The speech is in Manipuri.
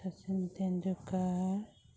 ꯁꯆꯤꯟ ꯇꯦꯟꯗꯨꯜꯀꯔ